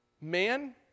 man